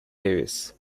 davis